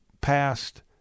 past